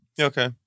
Okay